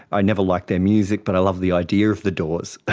i never liked their music but i loved the idea of the doors.